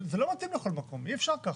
זה לא מתאים לכל מקום, אי אפשר ככה.